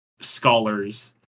scholars